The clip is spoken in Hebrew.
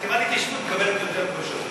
חטיבת ההתיישבות מקבלת יותר, כל שנה.